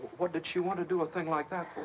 what did she want to do a thing like that